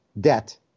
debt